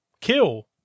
kill